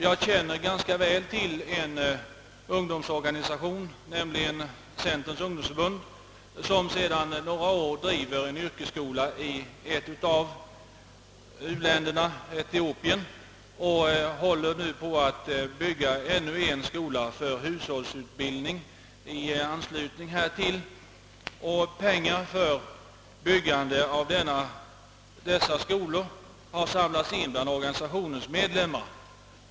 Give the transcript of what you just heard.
Jag känner ganska väl till en ungdomsorganisation, nämligen centerns ungdomsförbund, som sedan några år driver en ungdomsskola i ett u-land, Etiopien, och som nu håller på att bygga ännu en skola för hushållsutbildning i anslutning härtill. Pengar för byggandet av dessa skolor har insamlats bland organisationens medlemmar.